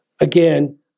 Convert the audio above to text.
again